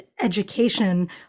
education